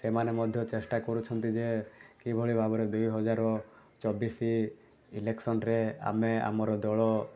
ସେମାନେ ମଧ୍ୟ ଚେଷ୍ଟା କରୁଛନ୍ତି ଯେ କିଭଳି ଭାବରେ ଦୁଇହଜାର ଚବିଶ ଇଲେକ୍ସନରେ ଆମେ ଆମର ଦଳ